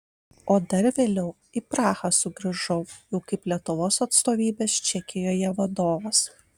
o dar vėliau į prahą sugrįžau jau kaip lietuvos atstovybės čekijoje vadovas